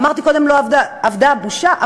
אמרתי קודם: אבדה הבושה.